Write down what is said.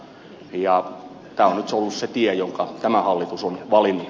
tämä on nyt ollut se tie jonka tämä hallitus on valinnut